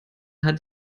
hat